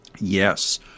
Yes